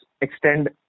extend